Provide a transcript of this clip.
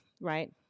right